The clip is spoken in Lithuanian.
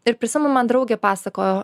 ir prisimenu man draugė pasakojo